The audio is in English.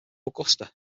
augusta